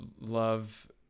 love